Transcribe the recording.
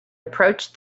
approached